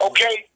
Okay